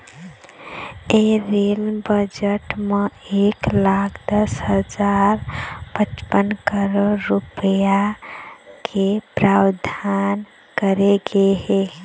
ए rail budget म एक लाख दस हजार पचपन करोड़ रूपिया के प्रावधान करे गे हे